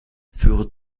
führe